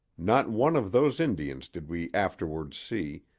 not one of those indians did we afterward see,